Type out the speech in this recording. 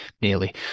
nearly